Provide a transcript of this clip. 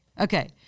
okay